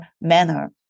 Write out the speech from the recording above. manner